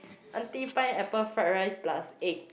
aunty pineapple fried rice plus egg